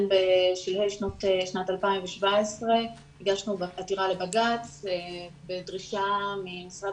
בשלהי שנת 2017 הגשנו עתירה לבג"צ בדרישה ממשרד